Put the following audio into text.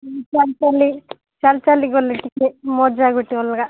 ଚାଲି ଚାଲି ଚାଲି ଚାଲିି ଗଲେ ଟିକିଏ ମଜା ଗୋଟେ ଅଲଗା